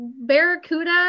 Barracuda